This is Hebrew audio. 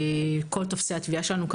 כל טופסי התביעה שלנו מתורגמים,